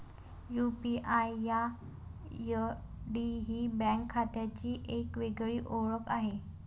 UPI ID ही bank खात्याची एक वेगळी ओळख आहे